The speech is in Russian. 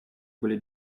были